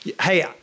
hey